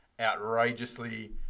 outrageously